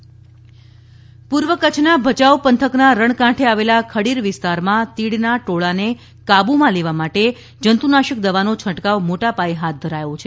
કચ્છ તીડ પૂર્વ કચ્છના ભયાઉ પંથકના રણકાંઠે આવેલા ખડીર વિસ્તારમાં તીડના ટોળાંને કાબૂમાં લેવા માટે જંતુનાશક દવાનો છંટકાવ મોટા પાયે હાથ ધરાયો છે